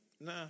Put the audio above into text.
Nah